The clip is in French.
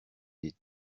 des